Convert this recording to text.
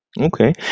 Okay